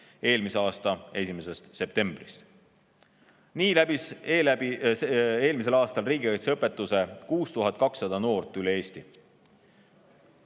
eelmise aasta 1. septembrist. Nii läbis eelmisel aastal riigikaitseõpetuse 6200 noort üle Eesti.